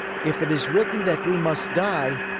if it is written that we must die,